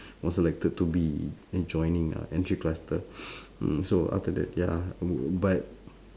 was selected to be joining (uh)entry cluster so after that ya but